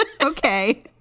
Okay